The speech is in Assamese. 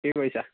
কি কৰিছা